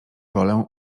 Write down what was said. wolę